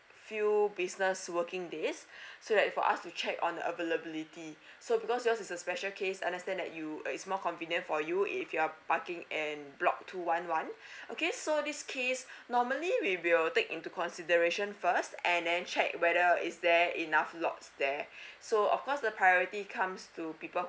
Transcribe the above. few business working days so that for us to check on the availability so because yours is a special case I understand that you uh it's more convenient for you if you're parking in block two one one okay so this case normally we will take into consideration first and then check whether is there enough lots there so of course the priority comes to people